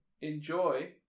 enjoy